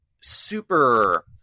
super